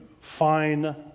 fine